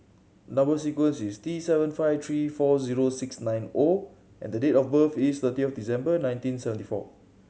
number sequence is T seven five three four zero six nine O and date of birth is thirty of December nineteen seventy four